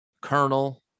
Colonel